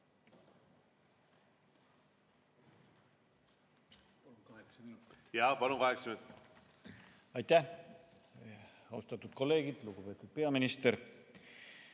Aitäh! Austatud kolleegid! Lugupeetud peaminister!